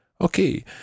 Okay